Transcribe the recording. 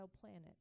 planet